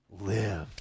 live